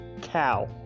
cow